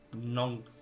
Non